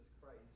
Christ